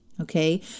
okay